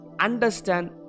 understand